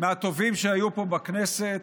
מהטובים שהיו פה בכנסת,